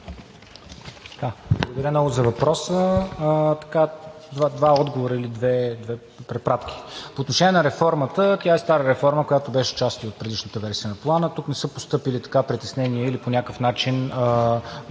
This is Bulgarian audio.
Благодаря много за въпроса. Два отговора или две препратки. По отношение на реформата – тя е стара реформа, която беше отчасти от различните версии на Плана. Тук не са постъпили притеснения или по някакъв начин